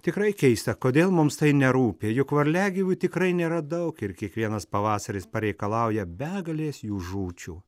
tikrai keista kodėl mums tai nerūpi juk varliagyvių tikrai nėra daug ir kiekvienas pavasaris pareikalauja begalės jų žūčių